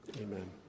Amen